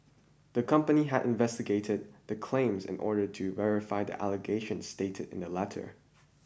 the company had investigated the claims in order to verify the allegations stated in the letter